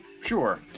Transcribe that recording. Sure